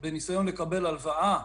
בניסיון לקבל הלוואה,